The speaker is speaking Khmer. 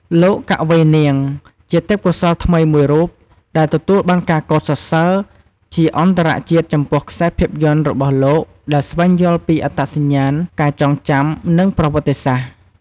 លោក កវី នាង ជាទេពកោសល្យថ្មីមួយរូបដែលទទួលបានការកោតសរសើរជាអន្តរជាតិចំពោះខ្សែភាពយន្តរបស់លោកដែលស្វែងយល់ពីអត្តសញ្ញាណ ការចងចាំ និងប្រវត្តិសាស្ត្រ។